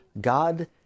God